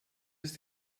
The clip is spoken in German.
ist